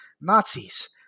Nazis